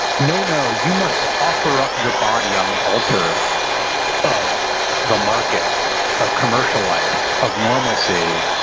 no, no, you must offer up your body on the altar of the market of commercial life, of normalcy.